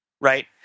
right